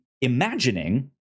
imagining